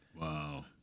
Wow